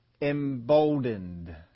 emboldened